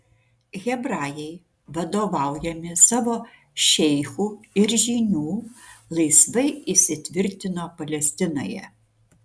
hebrajai vadovaujami savo šeichų ir žynių laisvai įsitvirtino palestinoje